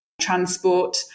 transport